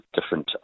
different